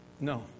No